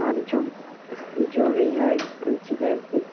اور جو جو بھی ہے